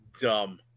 Dumb